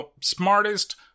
smartest